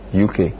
UK